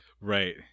Right